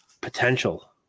potential